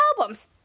albums